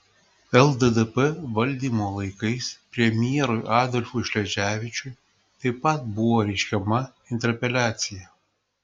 lddp valdymo laikais premjerui adolfui šleževičiui taip pat buvo reiškiama interpeliacija